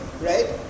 right